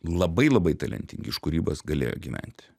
labai labai talentingi iš kūrybos galėjo gyventi